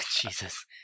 Jesus